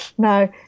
No